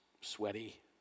sweaty